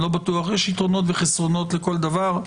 יש יתרונות וחסרונות לכל דבר.